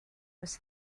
was